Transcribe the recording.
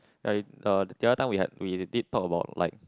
ya the the other time we had we did talk about like